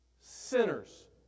sinners